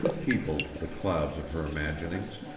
peopled the clouds of her imaginings.